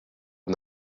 and